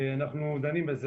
אנחנו דנים בזה,